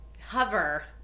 hover